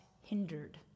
hindered